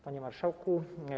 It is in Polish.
Panie Marszałku!